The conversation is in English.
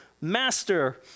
master